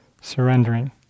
surrendering